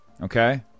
Okay